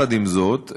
עם זאת,